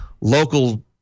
local